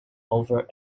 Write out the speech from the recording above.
over